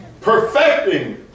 Perfecting